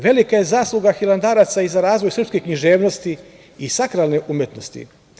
Velika je zasluga hilandaraca i za razvoj srpske književnosti i sakralne umetnosti.